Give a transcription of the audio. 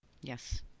Yes